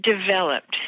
developed